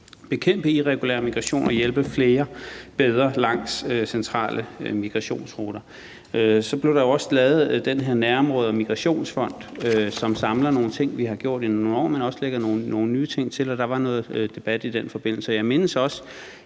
bekæmpe irregulær migration og hjælpe flere bedre langs centrale migrationsruter. Der blev også lavet den her nærområde- og migrationsfond, hvor man samler nogle ting, vi har gjort i nogle år, og også lægger nogle nye ting til, og der var noget debat i den forbindelse. Jeg mindes også,